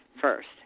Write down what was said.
first